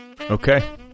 Okay